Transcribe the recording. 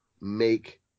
make